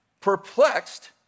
perplexed